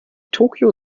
tokyo